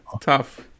Tough